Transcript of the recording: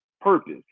purpose